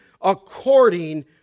according